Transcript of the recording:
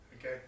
Okay